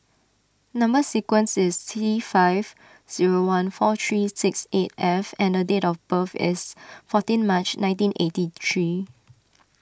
Number Sequence is T five zero one four three six eight F and a date of birth is fourteen March nineteen eighty three